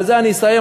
בזה אני אסיים,